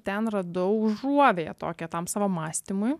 ten radau užuovėją tokią tam savo mąstymui